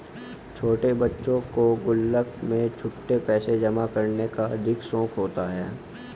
छोटे बच्चों को गुल्लक में छुट्टे पैसे जमा करने का अधिक शौक होता है